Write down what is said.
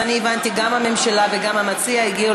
אז הבנתי שגם הממשלה וגם המציע הגיעו